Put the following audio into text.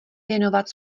věnovat